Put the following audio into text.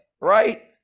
right